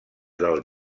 del